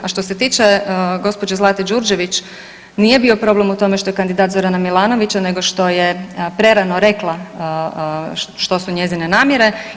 A što se tiče gospođe Zlate Đurđević, nije bio problem u tome što je kandidat Zorana Milanovića nego što je prerano rekla što su njezine namjere.